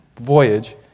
voyage